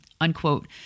unquote